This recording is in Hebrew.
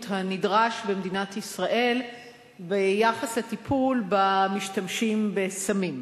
הנדרש במדינת ישראל ביחס לטיפול במשתמשים בסמים.